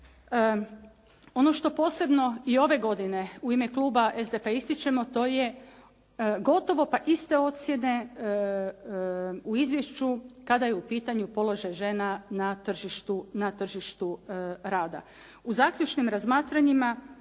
Ono što posebno i ove godine u ime kluba SDP-a ističemo, to je gotovo pa iste ocjene u izvješću kada je u pitanju položaj žena na tržištu rada. U zaključnim razmatranjima